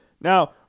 Now